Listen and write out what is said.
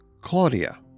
Claudia